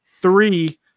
three